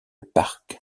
parc